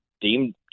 deemed